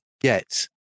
get